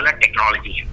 technology